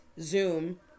Zoom